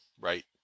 right